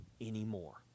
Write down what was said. anymore